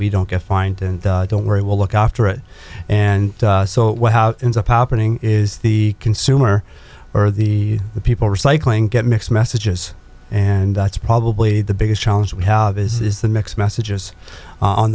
we don't get fined and don't worry we'll look after it and so ends up happening is the consumer or the the people recycling get mixed messages and that's probably the biggest challenge we have is the mixed messages on